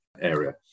area